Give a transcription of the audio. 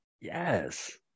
yes